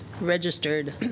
registered